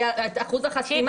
היה אחוז החסימה.